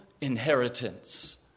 inheritance